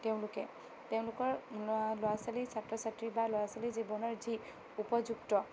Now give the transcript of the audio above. তেওঁলোকে তেওঁলোকৰ ল'ৰা ছোৱালী বা ছাত্ৰ ছাত্ৰী বা ল'ৰা ছোৱালীৰ জীৱনৰ যি উপযুক্ত